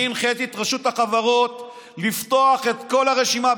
אני הנחיתי את רשות החברות לפתוח את כל הרשימה.